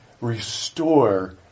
restore